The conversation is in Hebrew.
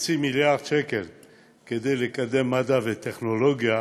חצי מיליארד כדי לקדם מדע וטכנולוגיה,